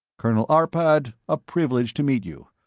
colonel arpad, a privilege to meet you.